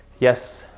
yes,